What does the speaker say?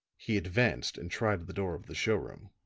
he advanced and tried the door of the show room.